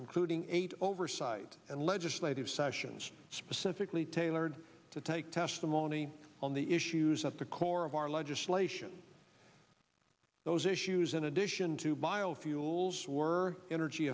including eight oversight and legislative sessions specifically tailored to take testimony on the issues at the core of our legislation those issues in addition to biofuels were energy